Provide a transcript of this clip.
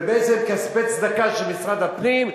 ובעצם כספי צדקה של משרד הפנים,